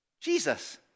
Jesus